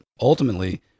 Ultimately